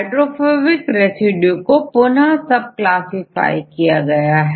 hydrophobic residue को पुनः सब क्लासिफाई किया गया है